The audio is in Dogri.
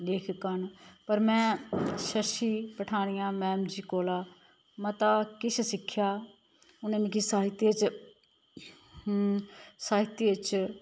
लेखिका न पर मैं शशि पठानियां मैम जी कोला मता किश सिक्खेआ उ'नें मिकी साहित्य च साहित्य च